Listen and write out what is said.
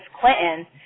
Clinton